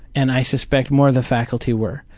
and i suspect more of the faculty were.